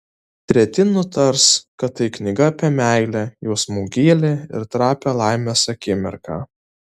treti nutars kad tai knyga apie meilę jausmų gylį ir trapią laimės akimirką